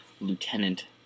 Lieutenant